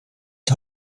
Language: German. die